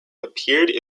appeared